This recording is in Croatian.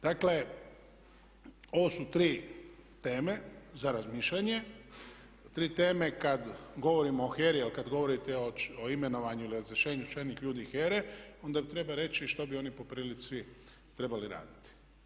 Dakle, ovo su tri teme za razmišljanje, tri teme kad govorimo o HERA-i, jer kad govorite o imenovanju ili o razrješenju čelnih ljudi HERA-e onda treba reći što bi oni po prilici trebali raditi.